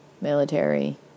military